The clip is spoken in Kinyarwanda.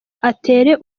atere